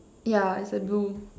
ya it's a blue